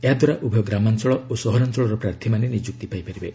ଏହାଦ୍ଧାରା ଉଭୟ ଗ୍ରାମାଞ୍ଚଳ ଓ ସହରାଞ୍ଚଳର ପ୍ରାର୍ଥୀମାନେ ନିଯୁକ୍ତି ପାଇପାରିବେ